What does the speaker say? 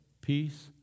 peace